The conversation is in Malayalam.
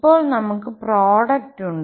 ഇപ്പോൾ നമുക് പ്രോഡക്റ്റ് ഉണ്ട്